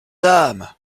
dame